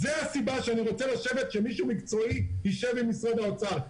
זו הסיבה שאני רוצה שמישהו מקצועי ישב עם משרד האוצר,